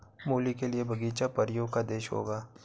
मूली के लिए बगीचा परियों का देश होगा